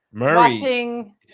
watching